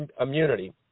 immunity